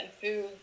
food